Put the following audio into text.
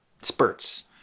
spurts